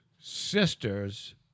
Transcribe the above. sister's